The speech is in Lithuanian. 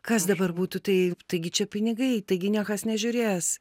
kas dabar būtų tai taigi čia pinigai taigi niekas nežiūrės